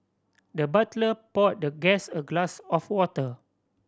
the butler poured the guest a glass of water